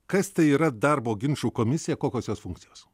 kas tai yra darbo ginčų komisija kokios jos funkcijos